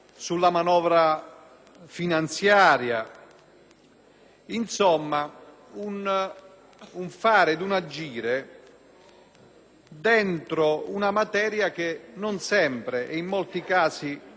insomma, un fare e un agire dentro una materia che non sempre e, in molti casi, poco atteneva al tema della giustizia.